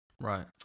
right